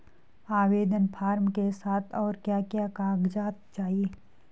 आवेदन फार्म के साथ और क्या क्या कागज़ात चाहिए?